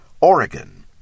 Oregon